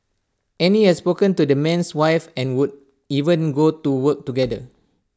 Annie had spoken to the man's wife and would even go to work together